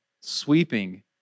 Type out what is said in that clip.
sweeping